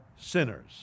sinners